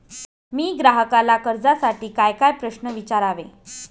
मी ग्राहकाला कर्जासाठी कायकाय प्रश्न विचारावे?